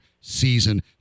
season